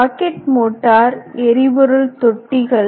rocket motor எரிபொருள் தொட்டிகள்